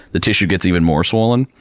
the tissue gets even more swollen.